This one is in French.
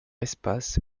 espace